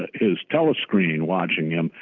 his telescreen watching him.